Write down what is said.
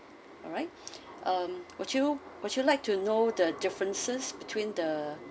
alright um would you would you like to know the differences between the